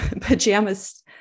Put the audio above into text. pajamas